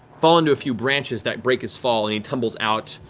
fall into a few branches that break his fall, and he tumbles out.